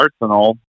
arsenal